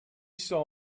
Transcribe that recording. saw